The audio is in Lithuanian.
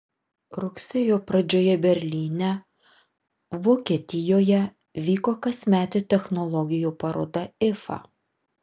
rugsėjo pradžioje berlyne vokietijoje vyko kasmetė technologijų paroda ifa